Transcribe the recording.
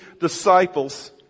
disciples